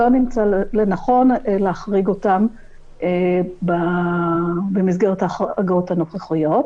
לא נמצא לנכון להחריג אותם במסגרת ההחרגות הנוכחיות.